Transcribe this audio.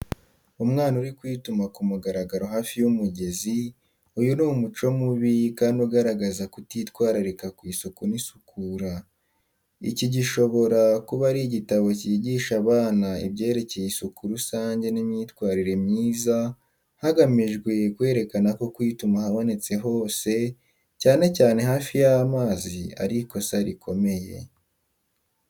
Umwana uri kwituma ku mugaragaro hafi y'umugezi uyu ni umuco mubi kandi ugaragaza kutitwararika ku isuku n’isukura. Iki gishobora kuba ari igitabo cyigisha abana ibyerekeye isuku rusange n’imyitwarire myiza hagamijwe kwerekana ko kwituma ahabonetse hose, cyane cyane hafi y’amazi, ari ikosa rikomeye.